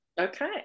okay